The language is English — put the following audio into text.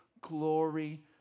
glory